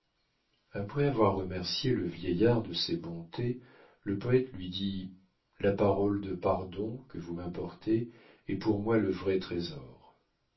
après avoir remercié le vieillard de ses bontés le poète lui dit la parole de pardon que vous m'apportez est pour moi le vrai trésor